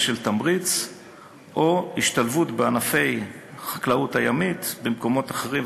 של תמריץ או השתלבות בענפי החקלאות הימית במקומות אחרים,